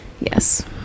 yes